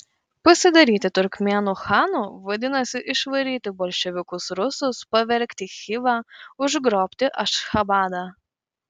pasidaryti turkmėnų chanu vadinasi išvaryti bolševikus rusus pavergti chivą užgrobti ašchabadą